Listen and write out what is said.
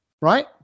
right